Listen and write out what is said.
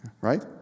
right